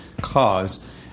cause